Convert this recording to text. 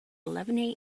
eleven